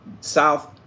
South